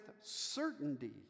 certainty